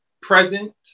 present